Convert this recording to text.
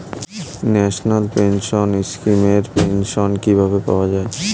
National pension scheme এর pension কিভাবে পাওয়া যায়?